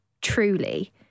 truly